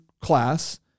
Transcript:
class